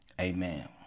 Amen